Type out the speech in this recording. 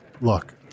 Look